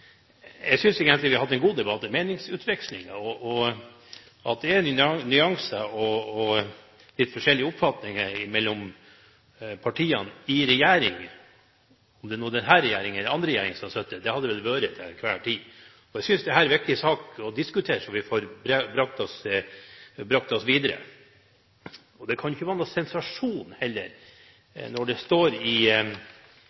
Jeg synes vi egentlig har hatt en god debatt med meningsutvekslinger. At det er nyanser og litt forskjellige oppfatninger mellom partiene i regjering – om det nå er denne regjeringen eller andre regjeringer som har sittet – har det vel vært til enhver tid. Jeg synes dette er en viktig sak å diskutere, så vi kan komme oss videre. Det kan heller ikke være noen sensasjon,